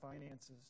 finances